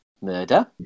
Murder